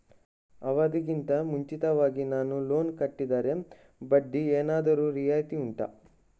ಅವಧಿ ಗಿಂತ ಮುಂಚಿತವಾಗಿ ನಾನು ಲೋನ್ ಕಟ್ಟಿದರೆ ಬಡ್ಡಿ ಏನಾದರೂ ರಿಯಾಯಿತಿ ಉಂಟಾ